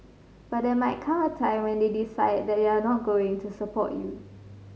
but there might come a time when they decide that they're not going support you